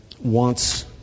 wants